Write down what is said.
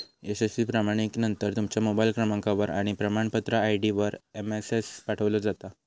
यशस्वी प्रमाणीकरणानंतर, तुमच्या मोबाईल क्रमांकावर आणि प्रमाणपत्र आय.डीवर एसएमएस पाठवलो जाता